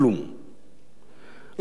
לכן אני מתפלא על ידידי אבי דיכטר,